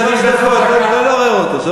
לא לעורר אותו.